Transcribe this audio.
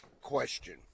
question